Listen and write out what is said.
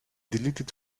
deleted